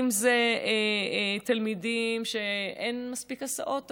אם זה תלמידים שאין מספיק הסעות עבורם,